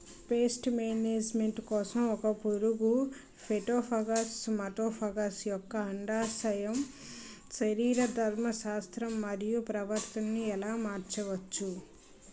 Paste management కోసం ఒక పురుగు ఫైటోఫాగస్హె మటోఫాగస్ యెక్క అండాశయ శరీరధర్మ శాస్త్రం మరియు ప్రవర్తనను ఎలా మార్చచ్చు?